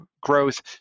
growth